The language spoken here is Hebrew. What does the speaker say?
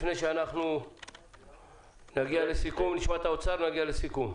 לפני שאנחנו נשמע את האוצר ונגיע לסיכום.